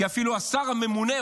כי אפילו השר הממונה,